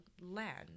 land